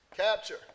Capture